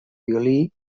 violí